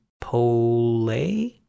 pole